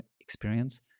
experience